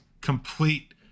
complete